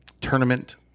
tournament